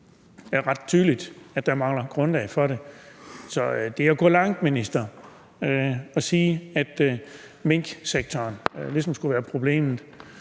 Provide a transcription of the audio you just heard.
det er ret tydeligt, at der mangler et grundlag for det. Så det er at gå langt, minister, at sige, at minksektoren ligesom skulle være problemet.